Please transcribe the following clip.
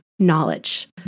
knowledge